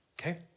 okay